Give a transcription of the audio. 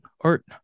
art